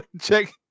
check